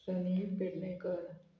Sunil Pednekar